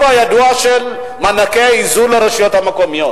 הידוע של מענקי האיזון לרשויות המקומיות.